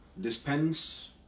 dispense